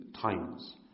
times